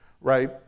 right